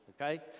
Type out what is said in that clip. okay